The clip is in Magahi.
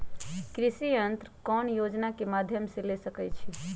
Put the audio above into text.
कृषि यंत्र कौन योजना के माध्यम से ले सकैछिए?